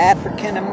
African